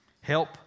Help